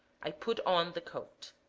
i put on the coat.